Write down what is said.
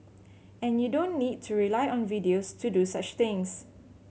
and you don't need to rely on videos to do such things